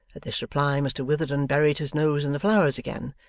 at this reply mr witherden buried his nose in the flowers again,